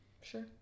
Sure